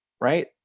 right